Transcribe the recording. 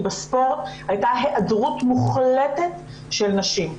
בספורט הייתה היעדרות מוחלטת של נשים,